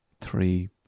three